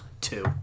two